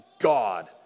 God